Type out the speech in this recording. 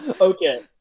Okay